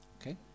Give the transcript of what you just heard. Okay